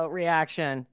reaction